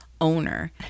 owner